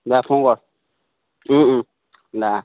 যা ফোন কৰ ও ও দে অ